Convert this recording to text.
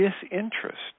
disinterest